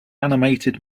animated